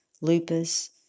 lupus